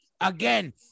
again